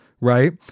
right